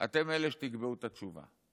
אתם אלה שתקבעו את התשובה.